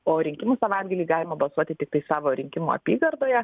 o rinkimų savaitgalį galima balsuoti tiktai savo rinkimų apygardoje